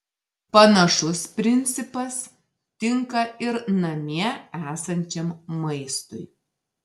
panašus principas tinka ir namie esančiam maistui